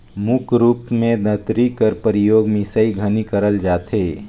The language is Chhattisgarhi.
मुख रूप मे दँतरी कर परियोग मिसई घनी करल जाथे